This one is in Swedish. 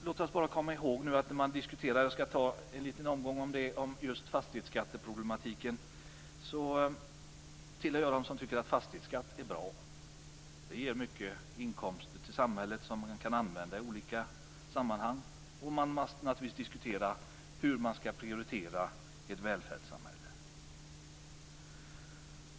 När det gäller fastighetsskatteproblematiken hör jag till dem som tycker att det är bra med fastighetsskatt. Det ger mycket inkomster till samhället som kan användas i olika sammanhang. Och man måste diskutera hur man skall prioritera i ett välfärdssamhälle.